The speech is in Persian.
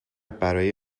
برای